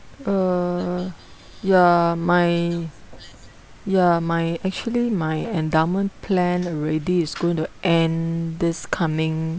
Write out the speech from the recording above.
uh ya my ya my actually my endowment plan already is going to end this coming